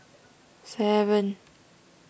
seven